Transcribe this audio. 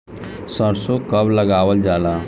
सरसो कब लगावल जाला?